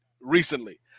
recently